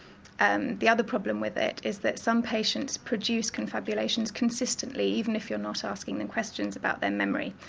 and the other problem with it is that some patients produce confabulations consistently, even if you're not asking them questions about their memory.